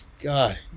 god